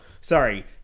sorry